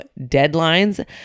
deadlines